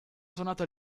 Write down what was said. suonato